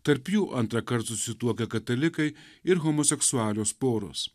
tarp jų antrąkart susituokę katalikai ir homoseksualios poros